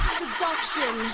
seduction